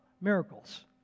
miracles